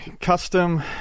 Custom